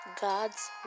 God's